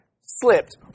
slipped